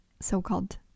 so-called